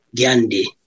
Gandhi